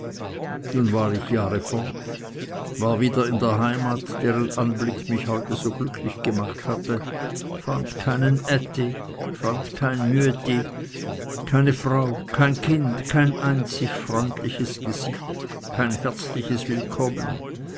nun war ich jahre fort war wieder in der heimat deren anblick mich heute so glücklich gemacht hatte fand keinen ätti fand kein müetti keine frau kein kind kein einzig freundliches gesicht kein herzliches willkommen